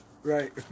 Right